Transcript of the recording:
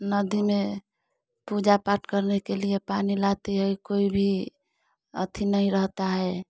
नदी में पूजा पाठ करने के लिए पानी लाती है कोई भी अथी नहीं रहता है